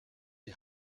die